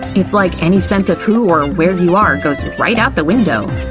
it's like any sense of who or where you are goes right out the window.